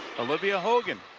olivia hogan.